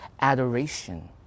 adoration